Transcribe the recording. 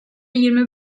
yirmi